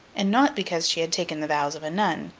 and not because she had taken the vows of a nun,